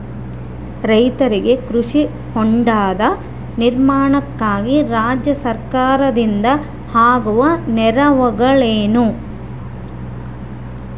ರೈತರಿಗೆ ಕೃಷಿ ಹೊಂಡದ ನಿರ್ಮಾಣಕ್ಕಾಗಿ ರಾಜ್ಯ ಸರ್ಕಾರದಿಂದ ಆಗುವ ನೆರವುಗಳೇನು?